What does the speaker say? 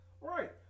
Right